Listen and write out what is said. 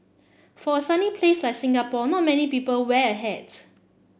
for a sunny place like Singapore not many people wear a hat